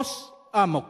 כּוֹס אָמוק.